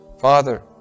Father